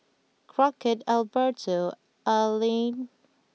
Crockett Alberto and Alleen